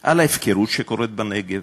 על ההפקרות שקורית בנגב,